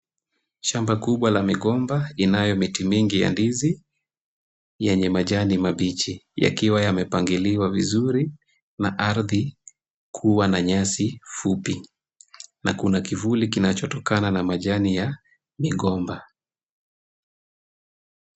Shamba kubwa la migomba inayo miti mingi ya ndizi yenye majani mabichi yakiwa yamepangiliwa vizuri na ardhi kuwa na nyasi fupi na kuna kivuli kinachotokana na majani ya migomba.